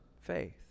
faith